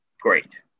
great